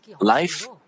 life